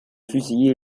fusillé